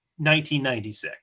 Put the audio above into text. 1996